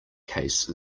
case